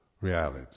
reality